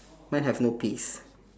mine have no peas